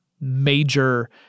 major